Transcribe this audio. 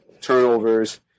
turnovers